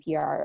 PR